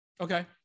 Okay